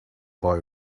boy